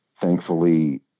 thankfully